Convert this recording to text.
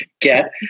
Get